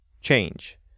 change